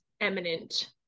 eminent